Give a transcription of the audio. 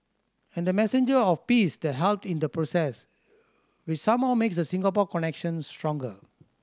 and the messenger of peace that helped in the process which somehow makes the Singapore connection stronger